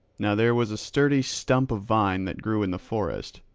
now there was a sturdy stump of vine that grew in the forest,